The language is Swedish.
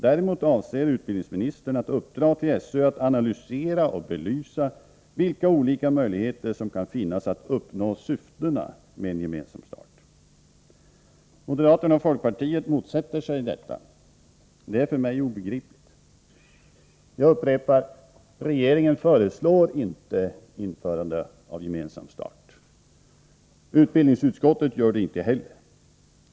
Däremot avser utbildningsministern att uppdra åt SÖ att analysera och belysa vilka olika möjligheter som kan finnas att uppnå syftena med en gemensam start. Moderaterna och folkpartiet motsätter sig detta. Det är för mig obegripligt. Jag upprepar: Regeringen föreslår inte införande av gemensam start. Utbildningsutskottet gör det inte heller.